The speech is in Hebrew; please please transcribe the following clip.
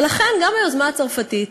ולכן, גם היוזמה הצרפתית,